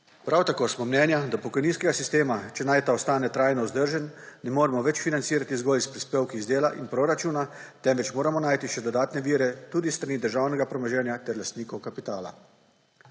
Prav tako smo mnenje, da pokojninskega sistema, če naj ta ostane trajno vzdržen, ne moremo več financirati zgolj iz prispevka iz dela in proračuna, temveč moramo najti še dodatne vire tudi s strani državnega premoženja ter lastnikov kapitala.